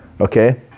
Okay